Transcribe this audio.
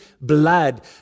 blood